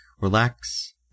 relax